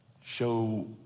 Show